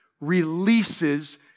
releases